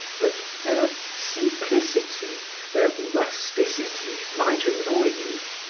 but their simplicity their rusticity might annoy you.